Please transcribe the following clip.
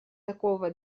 такого